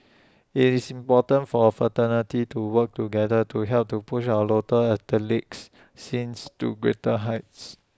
IT is important for A fraternity to work together to help to push our local athletics scene to greater heights